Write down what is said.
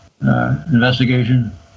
investigation